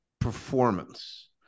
performance